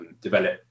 develop